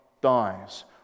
dies